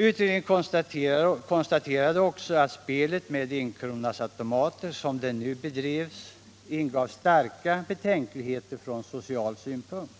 Utredningen konstaterade också att spelet med enkronasautomater, som det bedrevs, ingav starka betänkligheter från social synpunkt.